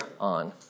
on